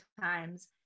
times